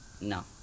no